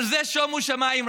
שומו שמיים.